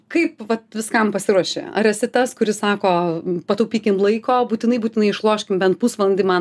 kaip vat viskam pasiruoši ar esi tas kuris sako pataupykim laiko būtinai būtinai išloškim bent pusvalandį man